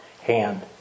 hand